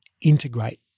integrate